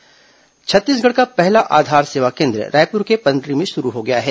आधार केन्द्र छत्तीसगढ़ का पहला आधार सेवा केन्द्र रायपुर के पंडरी में शुरू हो गया है